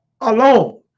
alone